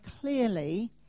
clearly